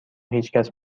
هیچکس